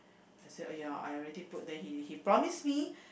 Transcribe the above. I said !aiya! I already put then he he promised me